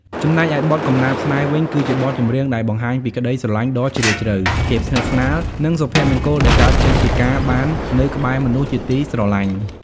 ចំណែកឯបទ កំណាព្យស្នេហ៍ វិញ គឺជាបទចម្រៀងដែលបង្ហាញពីក្តីស្រឡាញ់ដ៏ជ្រាលជ្រៅ ភាពស្និទ្ធស្នាល និងសុភមង្គលដែលកើតចេញពីការបាននៅក្បែរមនុស្សជាទីស្រឡាញ់។